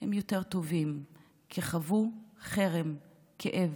הם יותר טובים, כי חוו חרם, כאב,